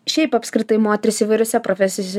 šiaip apskritai moterys įvairiose profesijose